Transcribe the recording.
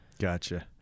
Gotcha